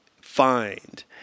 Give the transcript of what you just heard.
find